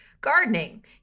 gardening